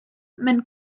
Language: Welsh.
mewn